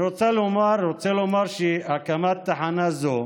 אני רוצה לומר שהקמת תחנה זו